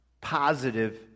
positive